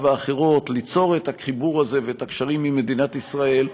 האחרות ליצור את החיבור הזה ואת הקשרים עם מדינת ישראל,